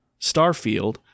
Starfield